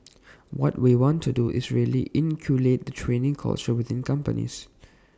what we want to do is really inculcate the training culture within companies